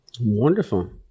Wonderful